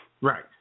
Right